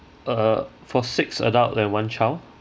uh four six adult and one child